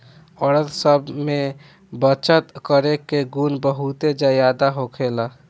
औरत सब में बचत करे के गुण बहुते ज्यादा होखेला